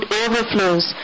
overflows